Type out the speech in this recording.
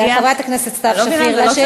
חברת הכנסת סתיו שפיר, לשאילתה.